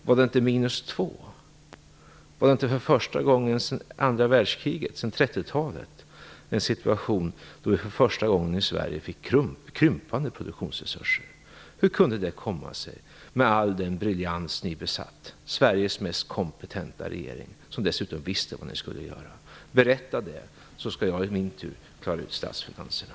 Var det inte minus 2 %? Var det inte för första gången sedan andra världskriget, sedan 30-talet, i Sverige en situation där produktionsresurserna krympte? Hur kunde det komma sig, med all den briljans ni besatt i Sveriges "mest kompetenta" regering, som dessutom visste vad ni skulle göra? Berätta det, Bo Lundgren, så skall jag i min tur klara ut statsfinanserna!